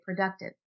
productive